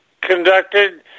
conducted